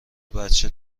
بچه